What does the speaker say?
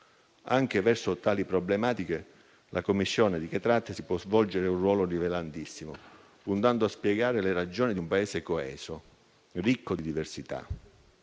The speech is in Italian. Anche verso tali problematiche la Commissione può svolgere un ruolo rilevantissimo, puntando a spiegare le ragioni di un Paese coeso e ricco di diversità,